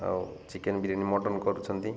ଆଉ chicken biryani mutton କରୁଛନ୍ତି